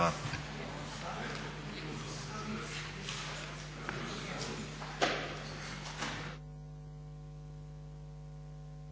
Hvala.